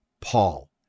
Paul